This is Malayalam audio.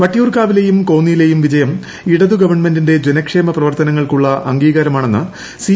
വട്ടിയൂർക്കാവിലെയും കോന്നിയിലെയും വിജയം ഇടതു ഗവൺമെന്റിന്റെ ജനക്ഷേമപ്രവർത്തനങ്ങൾക്കുള്ള അംഗീകാരമാണെന്ന് സി